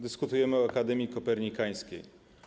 Dyskutujemy o Akademii Kopernikańskiej.